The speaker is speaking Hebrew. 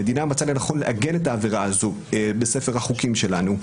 המדינה מצאה לנכון לעגן את העבירה הזאת בספר החוקים שלנו,